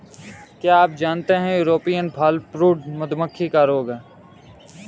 क्या आप जानते है यूरोपियन फॉलब्रूड मधुमक्खी का रोग है?